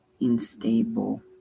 unstable